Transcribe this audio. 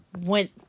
went